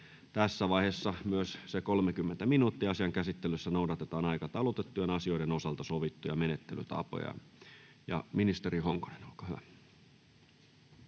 tässä vaiheessa myös se 30 minuuttia. Asian käsittelyssä noudatetaan aikataulutettujen asioiden osalta sovittuja menettelytapoja. — Ministeri Honkonen, olkaa hyvä.